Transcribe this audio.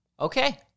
Okay